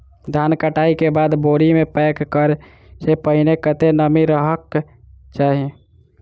धान कटाई केँ बाद बोरी मे पैक करऽ सँ पहिने कत्ते नमी रहक चाहि?